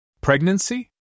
Pregnancy